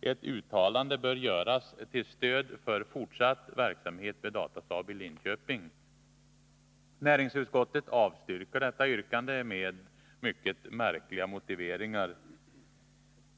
ett uttalande bör göras till stöd för fortsatt verksamhet vid Datasaab i Linköping. Näringsutskottet avstyrker detta yrkande med mycket märkliga motiveringar.